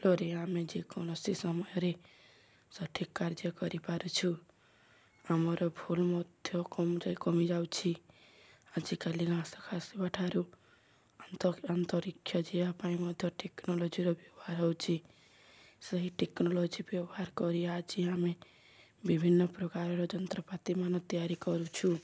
ଫଲରେ ଆମେ ଯେକୌଣସି ସମୟରେ ସଠିକ୍ କାର୍ଯ୍ୟ କରିପାରୁଛୁ ଆମର ଭୁଲ ମଧ୍ୟ କମରେ କମିଯାଉଛି ଆଜିକାଲି ନାସ ଖାସିବା ଠାରୁ ନ୍ତ ଆନ୍ତରିକକ୍ଷା ଯିବା ପାଇଁ ମଧ୍ୟ ଟେକ୍ନୋଲୋଜିର ବ୍ୟବହାର ହଉଛିି ସେହି ଟେକ୍ନୋଲୋଜି ବ୍ୟବହାର କରି ଆଜି ଆମେ ବିଭିନ୍ନ ପ୍ରକାରର ଯନ୍ତ୍ରପାତି ମାନ ତିଆରି କରୁଛୁ